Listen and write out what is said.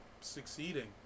Succeeding